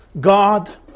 God